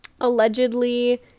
allegedly